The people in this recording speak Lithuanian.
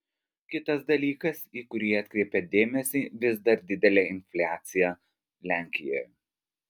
kitas dalykas į kurį atkreipia dėmesį vis dar didelė infliacija lenkijoje